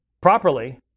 properly